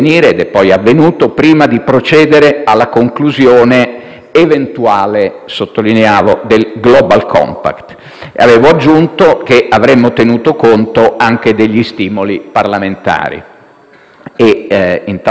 eventuale, sottolineavo - del Global compact. E avevo aggiunto che avremmo tenuto conto anche degli stimoli parlamentari. In tal senso, successivamente ho scritto anche al Presidente del Consiglio